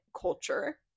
culture